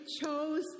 chose